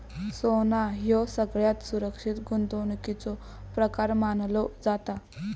सोना ह्यो सगळ्यात सुरक्षित गुंतवणुकीचो प्रकार मानलो जाता